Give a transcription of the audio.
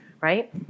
right